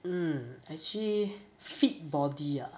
hmm actually fit body ah